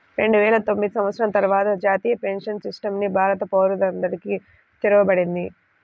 రెండువేల తొమ్మిది సంవత్సరం తర్వాత జాతీయ పెన్షన్ సిస్టమ్ ని భారత పౌరులందరికీ తెరవబడింది